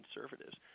conservatives